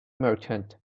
merchant